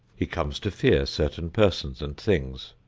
he comes to fear certain persons and things,